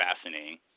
fascinating